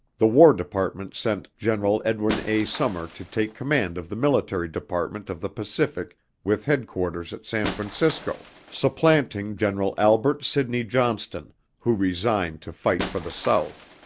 the war department sent general edwin a. sumner to take command of the military department of the pacific with headquarters at san francisco, supplanting general albert sidney johnston who resigned to fight for the south.